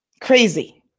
Crazy